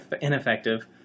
ineffective